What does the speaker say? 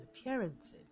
appearances